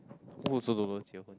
who also don't know Jie-Hwen